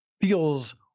feels